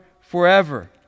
forever